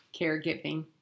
caregiving